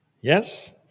Yes